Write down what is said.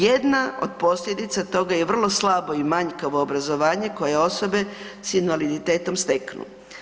Jedna od posljedica toga je vrlo slabo i manjkavo obrazovanje koje osobe s invaliditetom steknu.